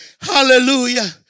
Hallelujah